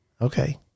Okay